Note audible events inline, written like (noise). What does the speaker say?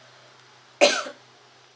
(coughs)